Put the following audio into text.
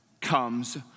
comes